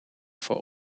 voor